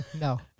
No